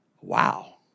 wow